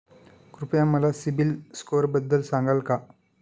कृपया मला सीबील स्कोअरबद्दल सांगाल का?